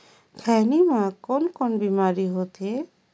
खैनी म कौन कौन बीमारी होथे?